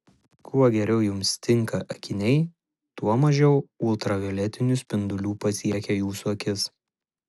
kuo geriau jums tinka akiniai tuo mažiau ultravioletinių spindulių pasiekia jūsų akis